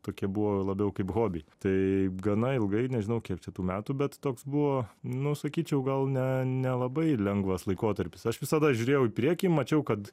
tokie buvo labiau kaip hobiai tai gana ilgai nežinau kiek tų metų bet toks buvo nu sakyčiau gal ne nelabai lengvas laikotarpis aš visada žiūrėjau į priekį mačiau kad